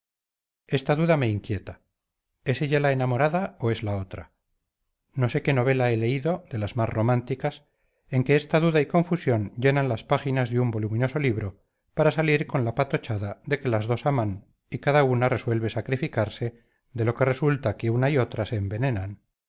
esta duda me inquieta es ella la enamorada o es la otra no sé qué novela he leído de las más románticas en que esta duda y confusión llenan las páginas de un voluminoso libro para salir con la patochada de que las dos aman y cada una resuelve sacrificarse de lo que resulta que una y otra se envenenan